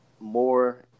more –